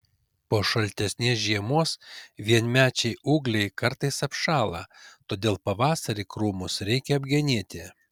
po šaltesnės žiemos vienmečiai ūgliai kartais apšąla todėl pavasarį krūmus reikia apgenėti